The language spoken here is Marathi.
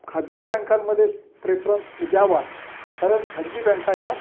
खाजगी बँकांमध्ये प्रेफरन्स म द्यावा कारण खाजगी बँका ह्या